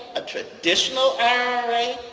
a traditional ira,